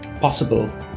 Possible